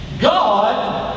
God